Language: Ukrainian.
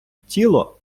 тіло